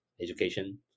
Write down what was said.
education